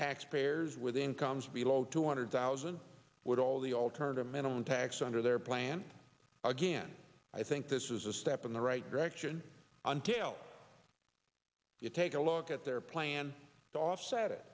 taxpayers with incomes below two hundred thousand would all the alternative minimum tax under their plan again i think this is a step in the right direction until you take a look at their plan to offset it